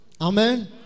Amen